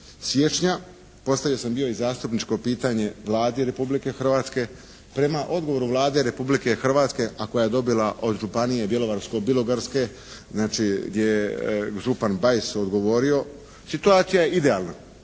siječnja. Postavio sam bio i zastupničko pitanje Vladi Republike Hrvatske. Prema odgovoru Vlade Republike Hrvatske, a koja je dobila od Županije Bjelovarsko-bilogorske. Znači, gdje je župan Bajs odgovorio situacija je idealna.